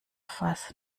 fass